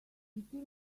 until